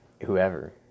whoever